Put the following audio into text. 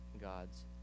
God's